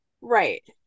right